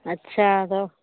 अच्छा गप